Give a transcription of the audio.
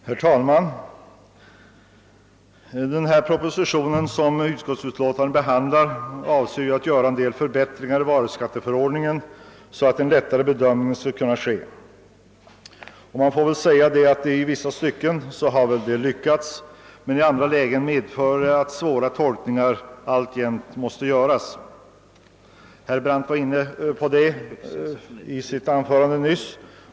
Herr talman! Den proposition som utskottsutlåtandet behandlar avser att åstadkomma en del förbättringar i varuskatteförordningen, så att en lättare bedömning skall kunna ske. Detta har i vissa stycken lyckats men på andra punkter medfört att svåra tolkningar alltjämt måste göras. Herr Brandt var inne på detta i sitt anförande nyss.